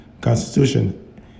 constitution